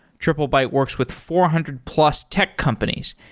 triplebyte works with four hundred plus tech companies,